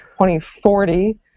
2040